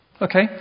Okay